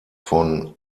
von